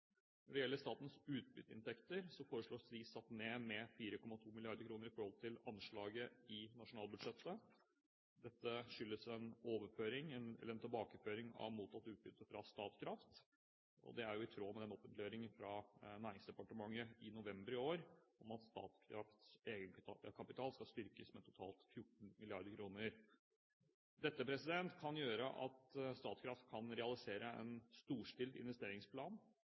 Når det gjelder statens utbytteinntekter, foreslås de satt ned med 4,2 mrd. kr i forhold til anslaget i nasjonalbudsjettet. Dette skyldes en tilbakeføring av mottatt utbytte fra Statkraft. Det er i tråd med offentliggjøringen fra Næringsdepartementet i november i år om at Statkrafts egenkapital skal styrkes med totalt 14 mrd. kr. Dette kan gjøre at Statkraft kan realisere en storstilt investeringsplan